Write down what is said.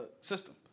system